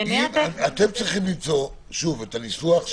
מניעה טכנית.